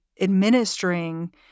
administering